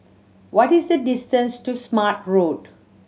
what is the distance to Smart Road